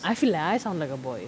I feel like I sound like a boy